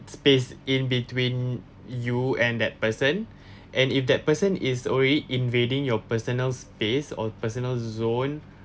space in between you and that person and if that person is already invading your personal space or personal zone